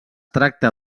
tracta